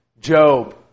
Job